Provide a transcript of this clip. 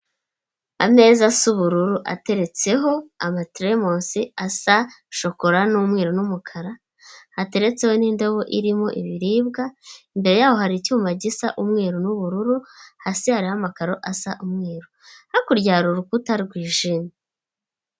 Ameza asa ubururu ateretseho amateremusi asa shokora n'umweru n'umukara hateretseho n'indobo irimo ibiribwa imbere yaho hari icyuma gisa umweru n'ubururu hasi hariho amakaro asa umweru hakurya hari urukuta rwijimye.